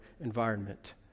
environment